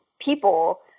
people